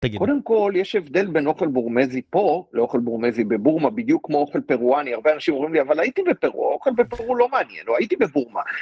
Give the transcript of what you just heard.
קודם כל יש הבדל בין אוכל בורמזי פה לאוכל בורמזי בבורמה בדיוק כמו אוכל פירואני הרבה אנשים אומרים לי אבל הייתי בפירואני או הייתי בבורמה.